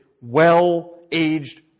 well-aged